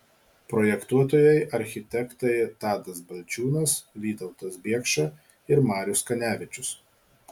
projektuotojai architektai tadas balčiūnas vytautas biekša ir marius kanevičius